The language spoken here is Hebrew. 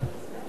ההצעה